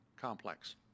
Complex